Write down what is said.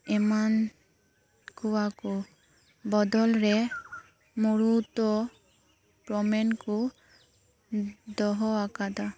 ᱮᱢᱟ ᱠᱚᱣᱟ ᱠᱚ ᱵᱚᱫᱚᱞ ᱨᱮ ᱢᱩᱲᱩᱫ ᱫᱚ ᱜᱚᱨᱢᱮᱱᱴ ᱠᱚ ᱫᱚᱦᱚᱣᱟᱠᱟᱫᱟ